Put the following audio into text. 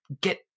get –